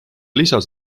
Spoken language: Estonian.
lisas